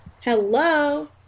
Hello